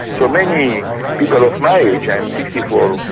so many people of my age, i am sixty four,